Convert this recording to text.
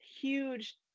huge